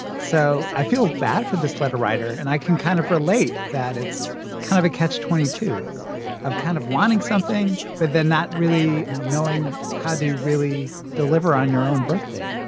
so i feel bad for this letter writer and i can kind of relate that it's kind of a catch twenty two of kind of wanting something, but then not really knowing how to really deliver on your own birthday.